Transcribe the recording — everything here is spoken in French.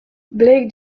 blake